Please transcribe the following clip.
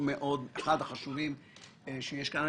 אחד החשובים שיש כאן.